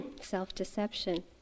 self-deception